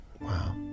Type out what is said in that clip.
Wow